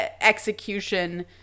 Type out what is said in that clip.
execution